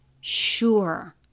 sure